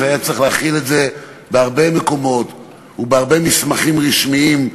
שהיה צריך להחיל את זה בהרבה מקומות ובהרבה מסמכים רשמיים,